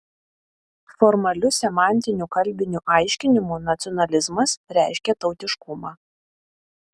formaliu semantiniu kalbiniu aiškinimu nacionalizmas reiškia tautiškumą